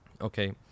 Okay